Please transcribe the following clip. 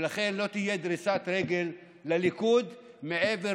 ולכן לא תהיה דריסת רגל לליכוד מעבר,